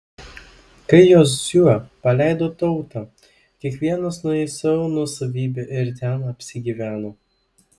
kai jozuė paleido tautą kiekvienas nuėjo į savo nuosavybę ir ten apsigyveno